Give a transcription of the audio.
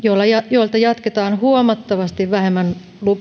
joilta jatketaan huomattavasti vähemmän